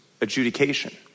adjudication